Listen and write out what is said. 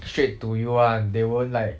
straight to you one they won't like